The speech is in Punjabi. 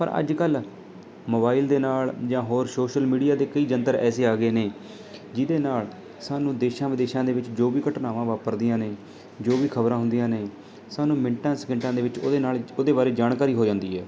ਪਰ ਅੱਜ ਕੱਲ੍ਹ ਮੋਬਾਈਲ ਦੇ ਨਾਲ਼ ਜਾਂ ਹੋਰ ਸ਼ੋਸ਼ਲ ਮੀਡੀਆ ਦੇ ਕਈ ਯੰਤਰ ਐਸੇ ਆ ਗਏ ਨੇ ਜਿਹਦੇ ਨਾਲ਼ ਸਾਨੂੰ ਦੇਸ਼ਾਂ ਵਿਦੇਸ਼ਾਂ ਦੇ ਵਿੱਚ ਜੋ ਵੀ ਘਟਨਾਵਾਂ ਵਾਪਰਦੀਆਂ ਨੇ ਜੋ ਵੀ ਖ਼ਬਰਾਂ ਹੁੰਦੀਆਂ ਨੇ ਸਾਨੂੰ ਮਿੰਟਾਂ ਸਕਿੰਟਾਂ ਦੇ ਵਿੱਚ ਉਹਦੇ ਨਾਲ਼ ਉਹਦੇ ਬਾਰੇ ਜਾਣਕਾਰੀ ਹੋ ਜਾਂਦੀ ਹੈ